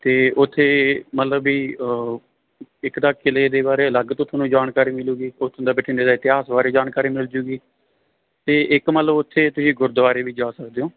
ਅਤੇ ਉੱਥੇ ਮਤਲਬ ਵੀ ਇੱਕ ਤਾਂ ਕਿਲ੍ਹੇ ਦੇ ਬਾਰੇ ਅਲੱਗ ਤੋਂ ਤੁਹਾਨੂੰ ਜਾਣਕਾਰੀ ਮਿਲੂਗੀ ਉੱਥੋਂ ਦਾ ਬਠਿੰਡੇ ਦਾ ਇਤਿਹਾਸ ਬਾਰੇ ਜਾਣਕਾਰੀ ਮਿਲ ਜਾਊਗੀ ਅਤੇ ਇੱਕ ਮਤਲਬ ਉੱਥੇ ਤੁਸੀਂ ਗੁਰਦੁਆਰੇ ਵੀ ਜਾ ਸਕਦੇ ਹੋ